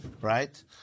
right